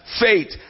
Faith